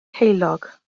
heulog